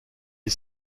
est